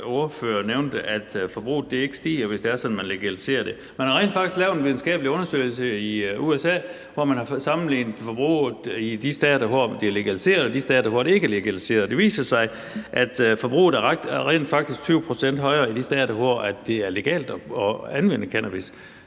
at forbruget ikke stiger, hvis det er sådan, at man legaliserer det. Man har rent faktisk lavet en videnskabelig undersøgelse i USA, hvor man har sammenlignet forbruget i de stater, hvor det er legaliseret, med forbruget i de stater, hvor det ikke er legaliseret. Og det viser sig, at forbruget rent faktisk er 20 pct. højere i de stater, hvor det er legalt at anvende cannabis.